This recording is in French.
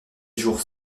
jours